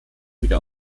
wieder